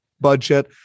budget